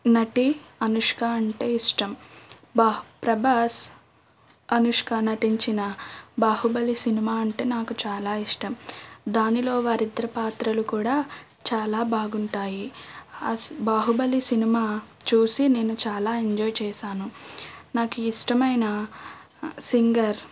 నటి అనుష్క అంటే ఇష్టం బా ప్రభాస్ అనుష్క నటించిన బాహుబలి సినిమా అంటే నాకు చాలా ఇష్టం దానిలో వారిద్దరు పాత్రలు కూడా చాలా బాగుంటాయి ఆ సి బాహుబలి సినిమా చూసి నేను చాలా ఎంజాయ్ చేసాను నాకు ఇష్టమైన సింగర్